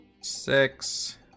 Six